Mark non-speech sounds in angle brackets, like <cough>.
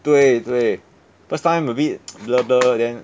对对 first time a bit <noise> blur blur then